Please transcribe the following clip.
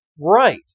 Right